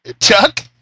Chuck